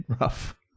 rough